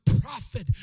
prophet